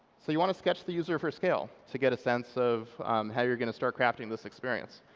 so you want to sketch the user for scale to get a sense of how you're going to start crafting this experience.